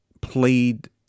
played